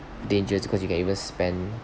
dangerous cause you can even spend